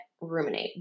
ruminate